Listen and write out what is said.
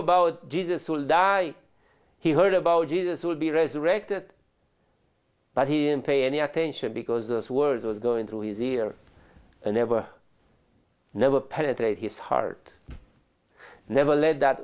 about jesus will die he heard about jesus would be resurrected but he didn't pay any attention because this world was going to his ear and never never penetrate his heart never led that